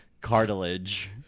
cartilage